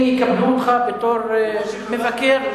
הם יקבלו אותך בתור מבקר.